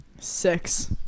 six